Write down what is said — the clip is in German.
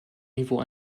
niveau